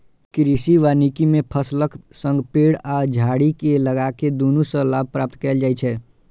कृषि वानिकी मे फसलक संग पेड़ आ झाड़ी कें लगाके दुनू सं लाभ प्राप्त कैल जाइ छै